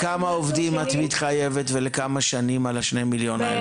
--- ולכמה עובדים את מתחייבת ולכמה שנים על שני המיליון האלה?